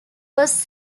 was